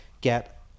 get